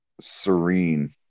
Serene